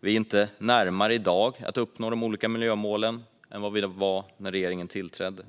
Vi är inte närmare att uppnå de olika miljömålen i dag än vi var när regeringen tillträdde.